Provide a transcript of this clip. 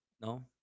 no